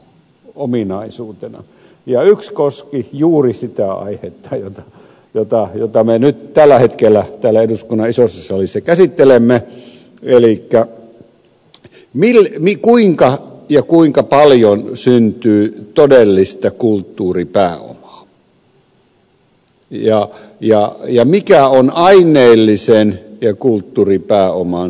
yksi hänen kannanottonsa koski juuri sitä aihetta jota me nyt tällä hetkellä täällä eduskunnan isossa salissa käsittelemme elikkä kuinka ja kuinka paljon syntyy todellista kulttuuripääomaa ja mikä on aineellisen ja kulttuuripääoman suhde